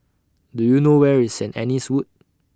Do YOU know Where IS Saint Anne's Wood